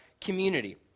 community